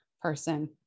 person